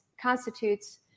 constitutes